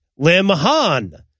Limhan